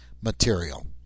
material